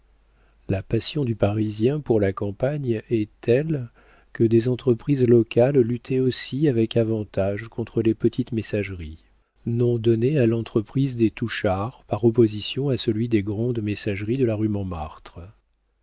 la passion du parisien pour la campagne est telle que des entreprises locales luttaient aussi avec avantage contre les petites messageries nom donné à l'entreprise des touchard par opposition à celui des grandes messageries de la rue montmartre